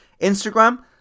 Instagram